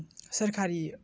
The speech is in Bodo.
सोरकारि